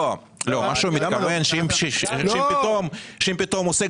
מה שהוא מתכוון אליו זה שאם פתאום עוסק